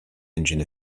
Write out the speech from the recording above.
engine